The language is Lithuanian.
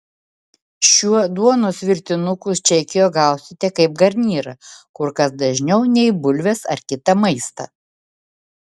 šiuo duonos virtinukus čekijoje gausite kaip garnyrą kur kas dažniau nei bulves ar kitą maistą